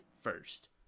first